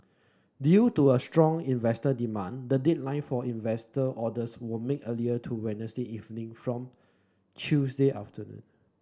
due to a strong investor demand the deadline for investor orders were made earlier to Wednesday evening from Tuesday afternoon